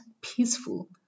peaceful